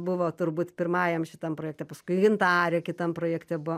buvo turbūt pirmajam šitam projekte paskui gintarė kitam projekte buvo